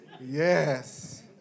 yes